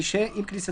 לא.